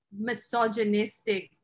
misogynistic